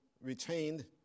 retained